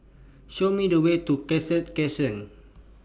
Show Me The Way to Cassia Crescent